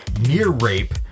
near-rape